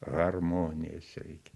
harmonijos reikia